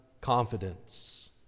confidence